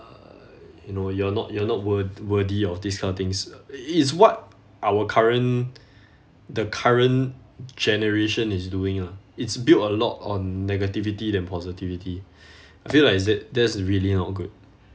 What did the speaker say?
uh you know you're not you're not wo~ worthy of this kind of things i~ it's what our current the current generation is doing lah it's built a lot on negativity than positivity I feel like it's that that's really not good